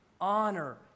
Honor